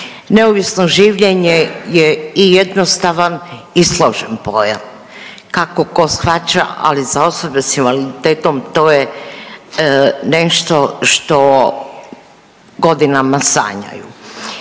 Neovisno življenje je i jednostavan i složan pojam, kako ko shvaća, ali za osobe s invaliditetom to je nešto što godinama sanjaju.